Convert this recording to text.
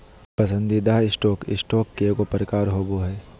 पसंदीदा stock, stock के एगो प्रकार होबो हइ